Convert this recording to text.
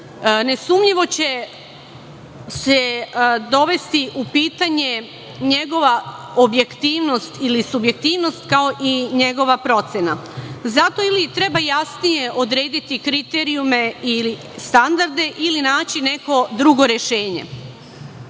Nesumnjivo će se dovesti u pitanje njegova objektivnost ili subjektivnost, kao i njegova procena. Zato ili treba jasnije odrediti kriterijume ili standarde ili naći neko drugo rešenje. Zahtevi